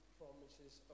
promises